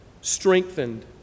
strengthened